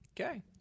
Okay